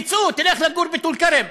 תצאו, תלכו לגור בטול כרם.